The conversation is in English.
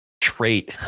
Trait